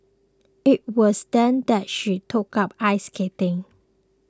it was then that she took up ice skating